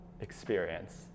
experience